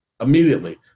immediately